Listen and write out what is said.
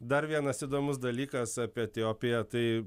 dar vienas įdomus dalykas apie etiopiją tai